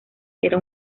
era